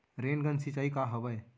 Rain gun सिंचाई का हवय?